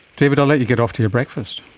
david, i'll let you get off to your breakfast.